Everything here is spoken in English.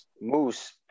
Moose